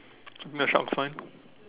the shark's fine